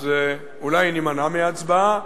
אז אולי נימנע מהצבעה,